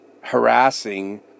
harassing